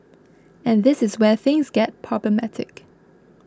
and this is where things get problematic